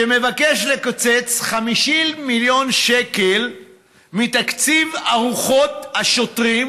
שמבקש לקצץ 50 מיליון שקל מתקציב ארוחות השוטרים,